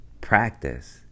Practice